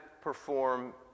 perform